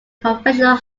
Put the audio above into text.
professional